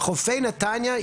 חופי נתניהו,